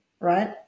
right